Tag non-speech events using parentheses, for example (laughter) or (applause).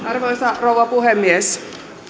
(unintelligible) arvoisa rouva puhemies